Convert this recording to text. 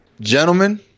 Gentlemen